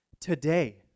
today